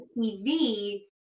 TV